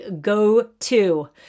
go-to